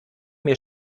mir